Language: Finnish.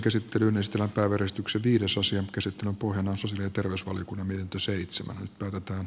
käsittelyn pohjana on sosiaali ja terveysvaliokunnan mietintö